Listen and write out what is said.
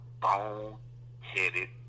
bone-headed